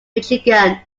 michigan